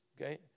okay